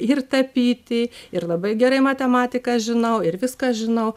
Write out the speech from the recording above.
ir tapyti ir labai gerai matematiką žinau ir viską žinau